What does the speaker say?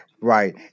right